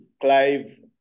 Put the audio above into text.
Clive